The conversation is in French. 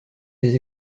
des